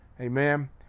Amen